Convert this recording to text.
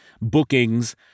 bookings